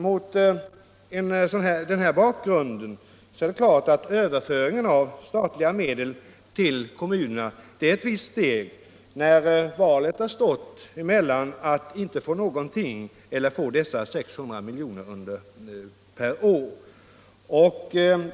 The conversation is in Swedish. Mot denna bakgrund är det klart att överföringen av statliga medel till kommunerna är ett visst steg där valet stått mellan att inte få någonting eller att få dessa 600 miljoner per år.